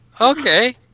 Okay